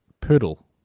Poodle